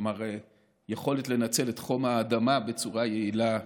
כלומר יכולת לנצל את חום האדמה בצורה יעילה,